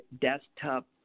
desktop